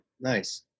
Nice